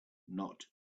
not